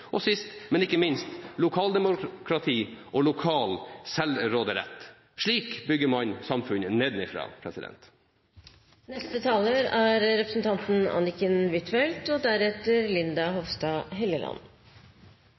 og sist, men ikke minst lokaldemokrati og lokal selvråderett. Slik bygger man samfunnet